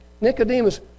Nicodemus